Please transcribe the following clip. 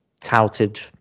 touted